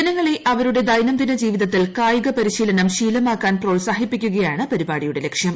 ജനങ്ങളെ അവരുടെ ദൈനംദിന ജീവിതത്തിൽ കായികപരിശീലനം ശീലമാക്കാൻ പ്രോത്സാഹിപ്പിക്കുകയാണ് പരിപാടിയുടെ ലക്ഷ്യം